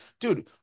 Dude